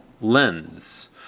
lens